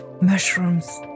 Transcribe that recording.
mushrooms